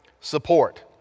support